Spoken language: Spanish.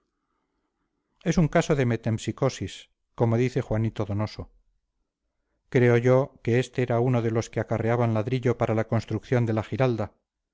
es un caso de metempsicosis como dice juanito donoso creo yo que este era uno de los que acarreaban ladrillo para la construcción de la giralda